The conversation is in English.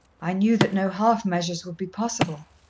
i knew that no half measures would be possible.